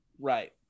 right